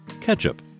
ketchup